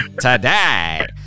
Today